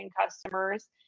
customers